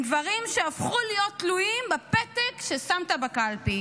הם דברים שהפכו להיות תלויים בפתק ששמת בקלפי